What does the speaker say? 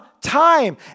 time